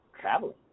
traveling